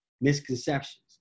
misconceptions